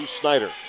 Snyder